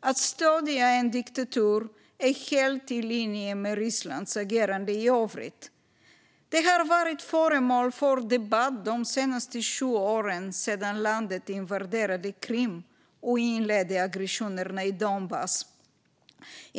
Att stödja en diktatur är helt i linje med Rysslands agerande i övrigt. Det har varit föremål för debatt de senaste sju åren, sedan landet invaderade Krim och inledde aggressionerna i Donbass.